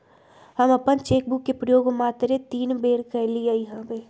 हम अप्पन cheque book के प्रयोग मातरे तीने बेर कलियइ हबे